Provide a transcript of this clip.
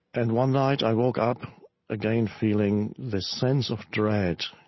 and one night i woke up again feeling this sense of dread,